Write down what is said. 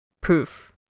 proof